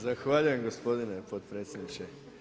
Zahvaljujem gospodine potpredsjedniče.